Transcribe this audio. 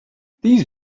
these